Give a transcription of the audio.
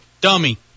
dummy